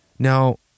Now